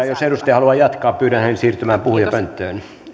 jos edustaja haluaa jatkaa pyydän siirtymään puhujapönttöön